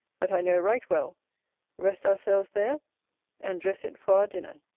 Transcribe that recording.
that i know right well rest ourselves there and dress it for our dinner.